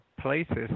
places